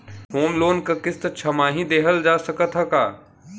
Home loan क किस्त छमाही देहल जा सकत ह का?